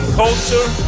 culture